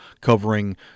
covering